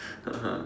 (uh huh)